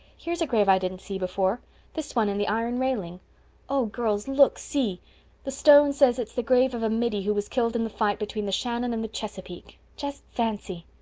here's a grave i didn't see before this one in the iron railing oh, girls, look, see the stone says it's the grave of a middy who was killed in the fight between the shannon and the chesapeake. just fancy!